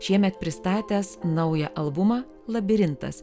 šiemet pristatęs naują albumą labirintas